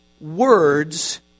words